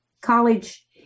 college